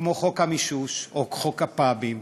כמו חוק המישוש או חוק הפאבים,